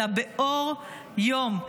אלא באור יום,